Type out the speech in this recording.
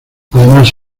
además